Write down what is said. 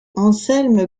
anselme